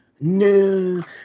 No